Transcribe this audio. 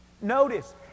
Notice